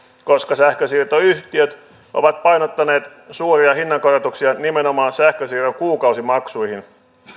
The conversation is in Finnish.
koska sähkönsiirtoyhtiöt ovat painottaneet suuria hinnankorotuksia nimenomaan sähkönsiirron kuukausimaksuihin